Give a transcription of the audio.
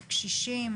לקשישים?